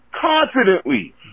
confidently